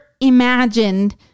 imagined